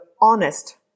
honest